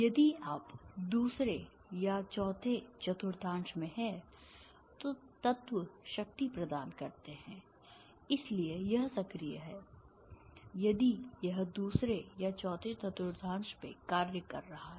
यदि आप दूसरे या चौथे चतुर्थांश में हैं तो तत्व शक्ति प्रदान करते हैं इसलिए यह सक्रिय है यदि यह दूसरे या चौथे चतुर्थांश में कार्य कर रहा है